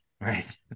right